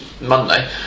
Monday